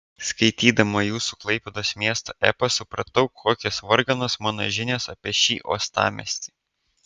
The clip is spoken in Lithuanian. skaitydama jūsų klaipėdos miesto epą supratau kokios varganos mano žinios apie šį uostamiestį